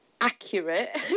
accurate